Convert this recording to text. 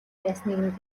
байсныг